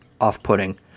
off-putting